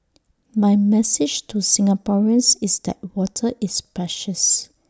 my message to Singaporeans is that water is precious